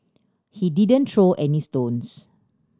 he didn't throw any stones